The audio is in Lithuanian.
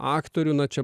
aktorių na čia